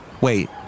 Wait